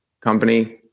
company